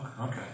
Okay